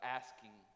asking